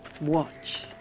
Watch